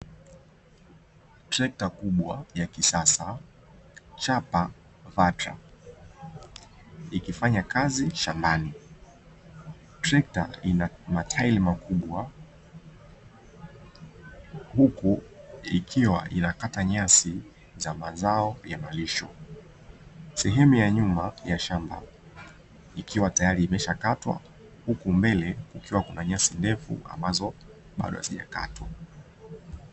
Trekta kubwa ya kisasa chapa "vatra" ikifanya kazi shambani. Trekta inamatairi makubwa huku ikiwa inakata nyasi za mazao ya malisho, sehemu ya nyuma ya shamba ikiwa tayari imeshakatwa huku mbele kukiwa na nyasi ndefu ambazo bado hazijakatwa.